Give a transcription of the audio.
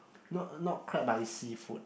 not not crab but is seafood